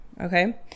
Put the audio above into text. okay